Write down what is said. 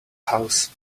house